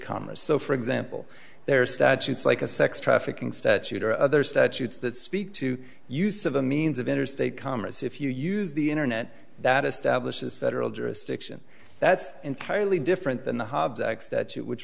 commerce so for example there are statutes like a sex trafficking statute or other statutes that speak to use of a means of interstate commerce if you use the internet that establishes federal jurisdiction that's entirely different than the